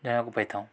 ଜାଣିବାକୁ ପାଇଥାଉ